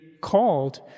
called